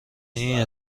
این